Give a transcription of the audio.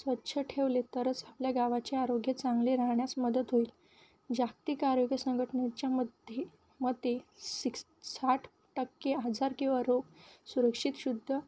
स्वच्छ ठेवले तरच आपल्या गावाचे आरोग्य चांगले राहण्यास मदत होईल जागतिक आरोग्य संघटनेच्यामध्ये मते सिक्स साठ टक्के हजार किंवा रोग सुरक्षित शुद्ध